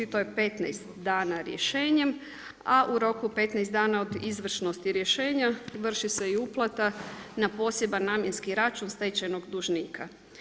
To je 15 dana rješenjem, a u roku 15 dana od izvršnosti rješenja vrši se i uplata na poseban namjenski račun stečajnog dužnika.